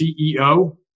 CEO